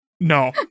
No